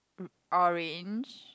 mm orange